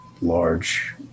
large